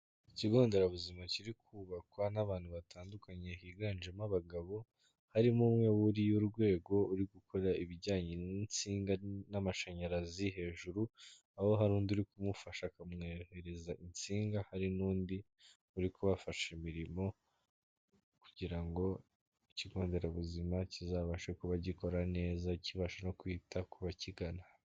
Ikigo nderabuzima kiri kubakwa n'abantu batandukanye higanjemo abagabo, harimo umwe wuriye urwego uri gukora ibijyanye n'insinga n'amashanyarazi hejuru, aho hari undi uri kumufasha akamwohererereza insinga, hari n'undi uri kubafasha imirimo kugira ngo ikigo nderabuzima kizabashe kuba gikora neza, kibashe no kwita ku bakigana.